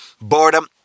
boredom